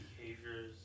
behaviors